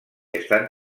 estan